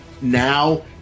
now